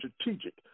strategic